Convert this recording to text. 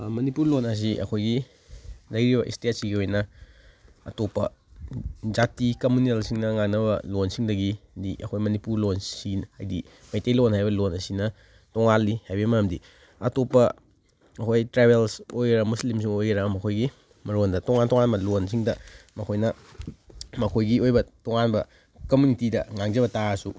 ꯃꯅꯤꯄꯨꯔ ꯂꯣꯟ ꯑꯁꯤ ꯑꯩꯈꯣꯏꯒꯤ ꯂꯩꯔꯤꯕ ꯏꯁꯇꯦꯠꯁꯤꯒꯤ ꯑꯣꯏꯅ ꯑꯇꯣꯞꯄ ꯖꯥꯇꯤ ꯀꯝꯃꯨꯅꯦꯜꯁꯤꯡꯅ ꯉꯥꯡꯅꯕ ꯂꯣꯟꯁꯤꯡꯗꯒꯤꯗꯤ ꯑꯩꯈꯣꯏ ꯃꯅꯤꯄꯨꯔ ꯂꯣꯟꯁꯤꯅ ꯍꯥꯏꯗꯤ ꯃꯩꯇꯩꯂꯣꯟ ꯍꯥꯏꯕ ꯂꯣꯟ ꯑꯁꯤꯅ ꯇꯣꯉꯥꯜꯂꯤ ꯍꯥꯏꯕꯩ ꯃꯔꯝꯗꯤ ꯑꯇꯣꯞꯄ ꯑꯩꯈꯣꯏ ꯇ꯭ꯔꯥꯏꯕꯦꯜꯁ ꯑꯣꯏꯒꯦꯔꯥ ꯃꯨꯁꯂꯤꯝꯁꯨ ꯑꯣꯏꯒꯦꯔꯥ ꯃꯈꯣꯏꯒꯤ ꯃꯔꯣꯟꯗ ꯇꯣꯉꯥꯟ ꯇꯣꯉꯥꯟꯕ ꯂꯣꯟꯁꯤꯡꯗ ꯃꯈꯣꯏꯅ ꯃꯈꯣꯏꯒꯤ ꯑꯣꯏꯕ ꯇꯣꯉꯥꯟꯕ ꯀꯝꯃꯨꯅꯤꯇꯤꯗ ꯉꯥꯡꯖꯕ ꯇꯥꯔꯁꯨ